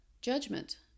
judgment